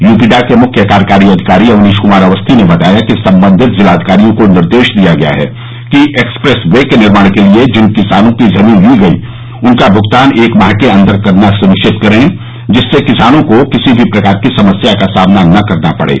यूपीडा के मुख्य कार्यकारी अधिकारी अवनीश कुमार अवस्थी ने बताया कि संबंधित जिलाधिकारियों को निर्देश दिया गया है कि एक्सप्रेस वे के निर्माण के लिये जिन किसानों की जमीन ली गई उनका भूगतान एक माह के अन्दर करना सुनिश्चित करे जिससे किसानों को किसी भी प्रकार की समस्या का सामना न करना पड़े